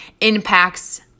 impacts